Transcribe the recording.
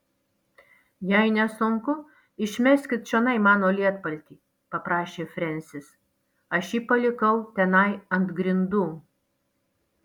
jei nesunku išmeskit čionai mano lietpaltį paprašė frensis aš jį palikau tenai ant grindų